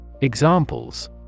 Examples